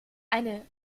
eine